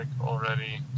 already